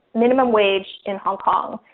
minimum wage in hong kong.